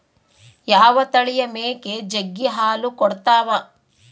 ಯಾವ ತಳಿಯ ಮೇಕೆ ಜಗ್ಗಿ ಹಾಲು ಕೊಡ್ತಾವ?